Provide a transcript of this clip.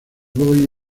boy